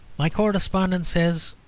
my correspondent says,